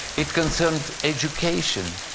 it concerned education,